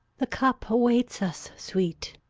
the cup awaits us, sweet,